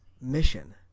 mission